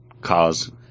Cause